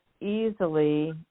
easily